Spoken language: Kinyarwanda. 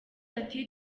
ati